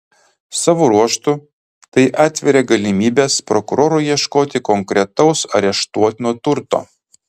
savo ruožtu tai atveria galimybes prokurorui ieškoti konkretaus areštuotino turto